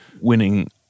winning